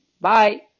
Bye